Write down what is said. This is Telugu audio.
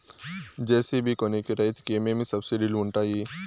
జె.సి.బి కొనేకి రైతుకు ఏమేమి సబ్సిడి లు వుంటాయి?